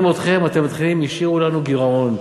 אתכם אתם מתחילים: השאירו לנו גירעון,